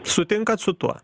sutinkat su tuo